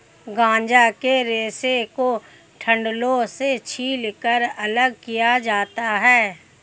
गांजा के रेशे को डंठलों से छीलकर अलग किया जाता है